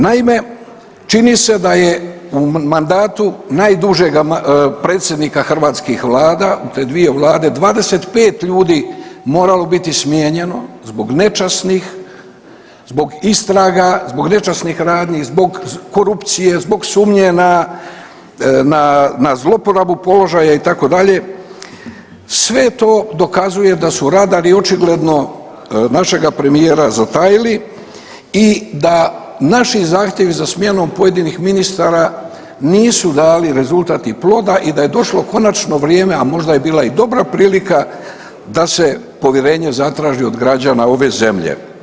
Naime, čini se da je u mandatu najdužega predsjednika hrvatskih vlada u te dvije vlade, 25 ljudi moralo biti smijenjeno zbog nečasnih, zbog istraga, zbog nečasnih radnji, zbog korupcije, zbog sumnje na, na zlouporabu položaja itd., sve to dokazuje da su radari očigledno našega premijera zatajili i da naši zahtjevi za smjenom pojedinih ministara nisu dali rezultat i ploda i da je došlo konačno vrijeme, a možda bi bila i dobra prilika da se povjerenje zatraži od građana ove zemlje.